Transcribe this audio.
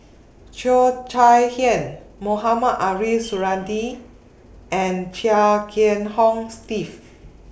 Cheo Chai Hiang Mohamed Ariff Suradi and Chia Kiah Hong Steve